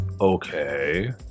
Okay